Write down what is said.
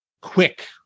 quick